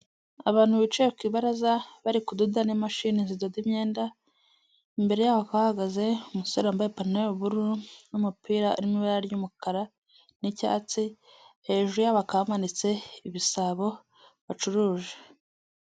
Abantu bicaye ku ibaraza bari kudoda n'imashini zidoda imyenda, imbere yabo hahagaze umusore wambaye ipantaro y'ubururu n'umupira urimo ibara ry'umukara n'icyatsi, hejuru yabo hakaba hamanitse ibisabo bacuruje.